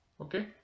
Okay